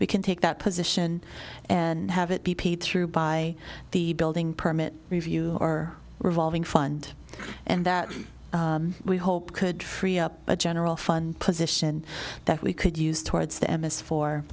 we can take that position and have it be paid through by the building permit review or revolving fund and that we hope could free up a general fund position that we could use towards the emmis for